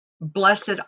Blessed